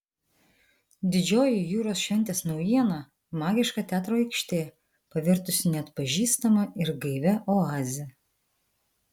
didžioji jūros šventės naujiena magiška teatro aikštė pavirtusi neatpažįstama ir gaivia oaze